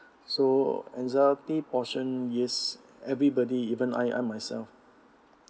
so anxiety portion yes everybody even I I myself